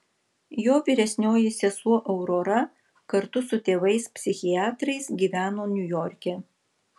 jo vyresnioji sesuo aurora kartu su tėvais psichiatrais gyveno niujorke